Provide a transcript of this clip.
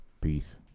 Peace